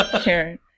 Karen